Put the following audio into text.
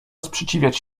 sprzeciwiać